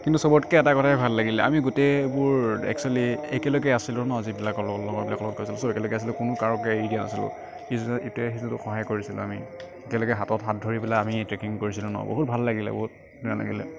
কিন্তু চবতকে এটা কথাই ভাল লাগিল আমি গোটেইবোৰ একচুৱেলি একেলগে আছিলোঁ ন যিবিলাকৰ লগত লগৰবিলাকৰ লগত গৈছিলোঁ চব একেলগে আছিলোঁ কোনো কাকো এৰি দিয়া নাছিলোঁ ইজ ইটোৱে সিটোক সহায় কৰিছিলোঁ আমি একেলগে হাতত হাত ধৰি পেলাই আমি ট্ৰেকিং কৰিছিলোঁ ন বহুত ভাল লাগিলে বহুত